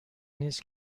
نیس